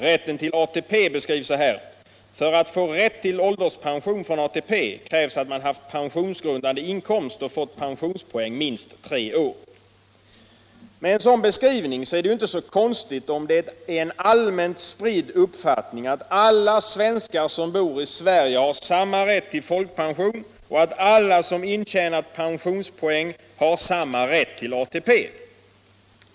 Rätten till ATP beskrivs så här: ”För att få rätt till ålderspension” — från ATP — ”krävs att man haft pensionsgrundande inkomst och fått pensionspoäng för minst tre år.” Med en sådan beskrivning är det inte så konstigt om det är en allmänt spridd uppfattning att alla svenskar som bor i Sverige har samma rätt till folkpension och att alla som intjänat pensionspoäng har samma rätt till ATP.